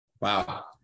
Wow